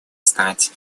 стать